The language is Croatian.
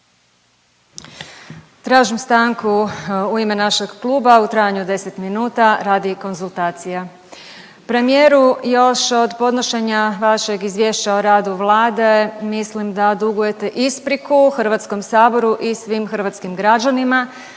Tražim stanku u ime našeg kluba u trajanju od 10 minuta radi konzultacija. Premijeru, još od podnošenja vašeg izvješća o radu Vladu mislim da dugujete ispriku HS-u i svim hrvatskim građanima